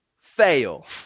fail